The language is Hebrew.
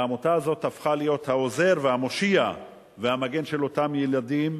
והעמותה הזאת הפכה להיות העוזר והמושיע והמגן של אותם ילדים,